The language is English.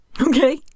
Okay